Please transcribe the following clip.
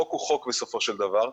חוק הוא חוק בסופו של דבר,